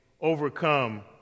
overcome